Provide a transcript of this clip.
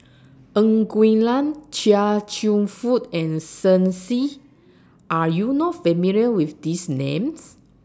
Ng Quee Lam Chia Cheong Fook and Shen Xi Are YOU not familiar with These Names